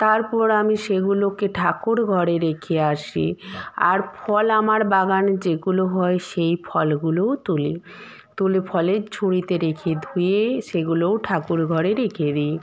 তারপর আমি সেগুলোকে ঠাকুরঘরে রেখে আসি আর ফল আমার বাগান যেগুলো হয় সেই ফলগুলোও তুলি তুলে ফলের ঝুড়িতে রেখে ধুয়ে সেগুলোও ঠাকুরঘরে রেখে দিই